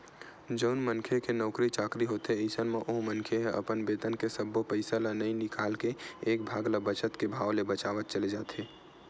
जउन मनखे के नउकरी चाकरी होथे अइसन म ओ मनखे ह अपन बेतन के सब्बो पइसा ल नइ निकाल के एक भाग ल बचत के भाव ले बचावत चले जाथे